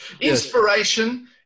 Inspiration